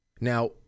Now